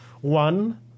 One